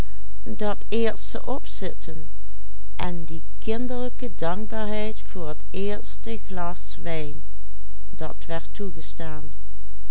en die kinderlijke dankbaarheid voor het eerste glas wijn dat werd toegestaan